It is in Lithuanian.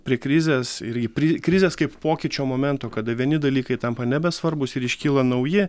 prie krizės ir į pri krizės kaip pokyčio momento kada vieni dalykai tampa nebesvarbūs ir iškyla nauji